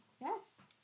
Yes